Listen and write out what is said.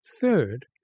Third